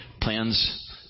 Plans